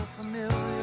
familiar